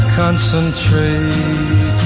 concentrate